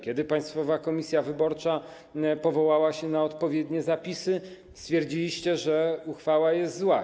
Kiedy Państwowa Komisja Wyborcza powołała się na odpowiednie zapisy, stwierdziliście, że uchwała jest zła.